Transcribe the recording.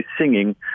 singing